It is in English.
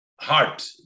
heart